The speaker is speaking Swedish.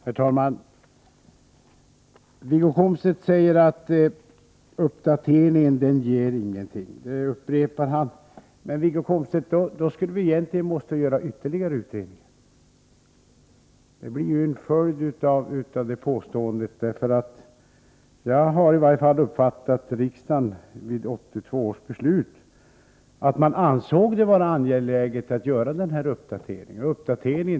Herr talman! Wiggo Komstedt säger att uppdateringen inte ger någonting. Detta upprepar han. Men, Wiggo Komstedt, då måste vi egentligen göra ytterligare utredningar. Detta blir en följd av det påståendet. Jag uppfattade i alla fall vid 1982 års beslut att riksdagen var angelägen om denna uppdatering.